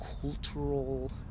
cultural